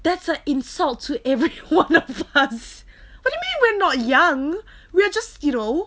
that's a insult to everyone of us [what] you mean we're not young we are just you know